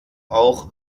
auch